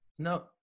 No